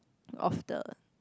of the